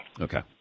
Okay